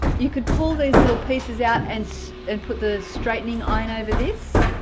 you could pull these little pieces out and so and put the straightening iron over this